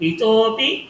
Itopi